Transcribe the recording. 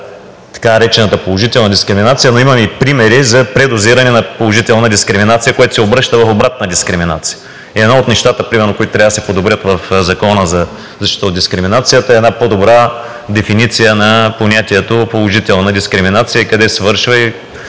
така наречената положителна дискриминация. Имаме и примери за предозиране на положителна дискриминация, което се обръща в обратна дискриминация. Едно от нещата примерно, които трябва да се подобрят в Закона за защита от дискриминация, е една по-добра дефиниция на понятието „положителна дискриминация“, къде свършва, и